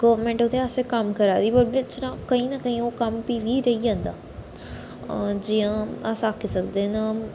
government ओह्दे आस्तै कम्म करा दी ब बिच्च ना कही ना कहीं ओह् कम्म फ्ही बी रेही जंदा जियां अस आक्खी सकदे न